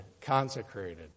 consecrated